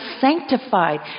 sanctified